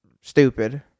stupid